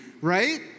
right